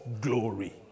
glory